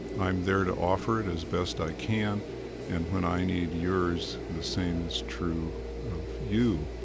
i'm there to offer it as best i can and when i need yours, the same is true of you